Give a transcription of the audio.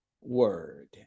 word